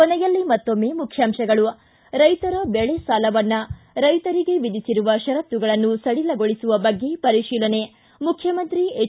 ಕೊನೆಯಲ್ಲಿ ಮತ್ತೊಮ್ನೆ ಮುಖ್ಯಾಂಶಗಳು ರೈತರ ಬೆಳೆ ಸಾಲ ಮನ್ನಾ ರೈತರಿಗೆ ವಿಧಿಸಿರುವ ಪರತ್ತುಗಳನ್ನು ಸಡಿಲಗೊಳಿಸುವ ಬಗ್ಗೆ ಪರಿತೀಲನೆ ಮುಖ್ಯಮಂತ್ರಿ ಎಚ್